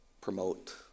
promote